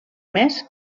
més